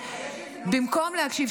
במקום להקשיב,